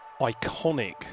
iconic